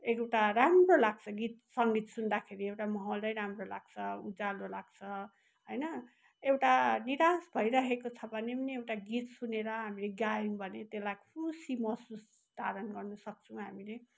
एउटा राम्रो लाग्छ गीत सङ्गीत सुन्दाखेरि एउटा माहौलै राम्रो लाग्छ उज्यालो लाग्छ होइन एउटा निराश भइरहेको छ भने पनि एउटा गीत सुनेर हामीले गायौँ त्यसलाई खुसी महसुस धारण गर्न सक्छौँ हामीले